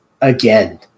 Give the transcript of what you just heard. again